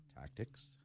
Tactics